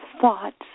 thoughts